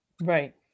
Right